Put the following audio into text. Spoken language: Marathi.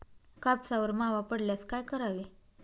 कापसावर मावा पडल्यास काय करावे?